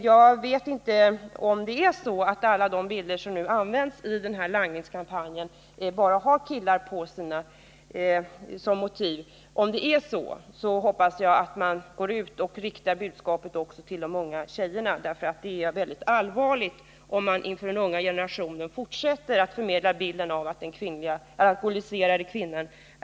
Jag vet inte om alla de bilder som använts i langningskampanjen bara visar killar, men om det är så hoppas jag att man ändrar på det och riktar budskapet också till de unga tjejerna. Det är väldigt allvarligt om man inför SÅ den unga generationen fortsätter med att förmedla bilden av att det inte finns några alkoholiserade kvinnor.